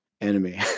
enemy